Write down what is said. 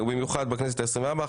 ובמיוחד בכנסת העשרים-וארבע.